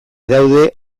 daude